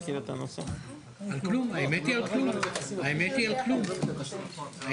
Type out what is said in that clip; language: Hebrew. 10:21.